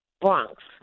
Bronx